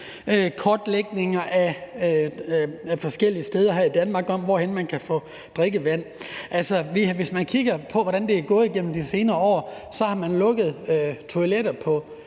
kortlægninger af drikkevandet forskellige steder her i Danmark, og hvorhenne man kan få drikkevand. Hvis vi kigger på, hvordan det er gået igennem de senere år, så kan vi også se, at